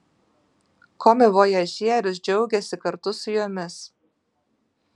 komivojažierius džiaugėsi kartu su jomis